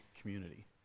community